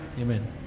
amen